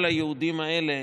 כל הייעודים האלה,